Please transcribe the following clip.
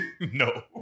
No